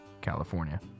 California